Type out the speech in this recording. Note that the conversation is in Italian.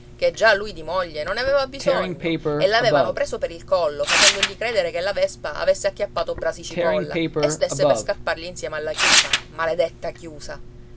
ché già lui di moglie non ne aveva bisogno e l'avevano preso per il collo facendogli credere che la vespa avesse acchiappato brasi cipolla e stesse per scappargli insieme alla chiusa maledetta chiusa